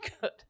good